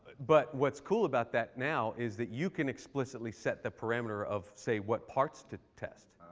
but what's cool about that now is that you can explicitly set the parameter of say what parts to test.